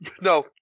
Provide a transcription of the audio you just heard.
No